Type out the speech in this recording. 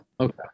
Okay